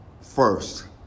first